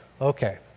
Okay